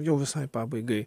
jau visai pabaigai